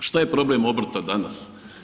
Što je problem obrta danas?